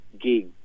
gig